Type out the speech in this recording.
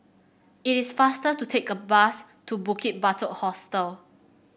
it is faster to take a bus to Bukit Batok Hostel